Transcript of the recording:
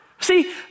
See